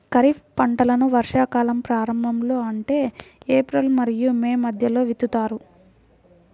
ఖరీఫ్ పంటలను వర్షాకాలం ప్రారంభంలో అంటే ఏప్రిల్ మరియు మే మధ్యలో విత్తుతారు